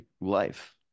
life